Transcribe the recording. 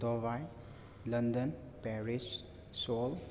Dubai London Paris Seoul